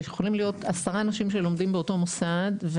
שיכולים להיות עשרה אנשים שלומדים באותו מוסד,